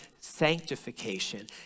sanctification